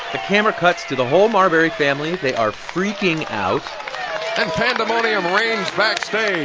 the camera cuts to the whole marbury family. they are freaking out and pandemonium reigns backstage.